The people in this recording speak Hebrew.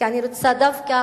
כי אני רוצה דווקא